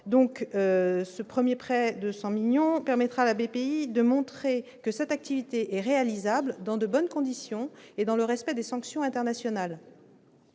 donc ce 1er près de 100 millions permettra la BPI de montrer que cette activité est réalisable dans de bonnes conditions et dans le respect des sanctions internationales